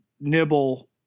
nibble